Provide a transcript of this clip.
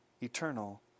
eternal